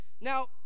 Now